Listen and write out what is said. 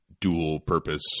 dual-purpose